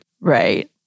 Right